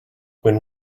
when